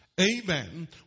amen